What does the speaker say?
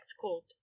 called